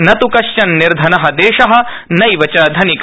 न त् कश्चन निर्धन देश नैव च धनिक